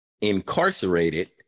incarcerated